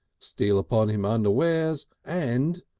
steal upon him unawares and!